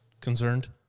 concerned